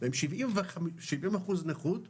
הם 70% נכות כוללת,